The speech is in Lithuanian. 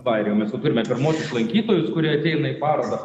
va ir jau mes jau turime pirmuosius lankytojus kurie ateina į parodą